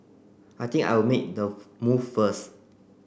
I think I'll make the move first